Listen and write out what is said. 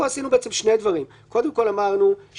שנית, לפנות את השרים, את חברי הכנסת